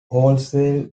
wholesale